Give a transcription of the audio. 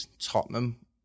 Tottenham